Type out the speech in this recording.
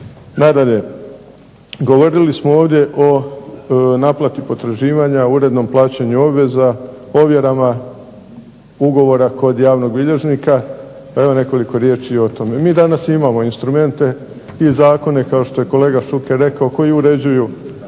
Nadalje, govorili smo ovdje o naplati potraživanja, urednom plaćanju obveza, ovjerama ugovora kod javnog bilježnika. Evo nekoliko riječi o tome. Mi danas imamo instrumente i zakone kao što je kolega Šuker rekao koji uređuju